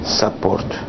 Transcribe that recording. support